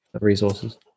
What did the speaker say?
resources